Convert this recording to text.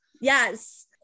Yes